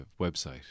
website